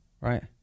Right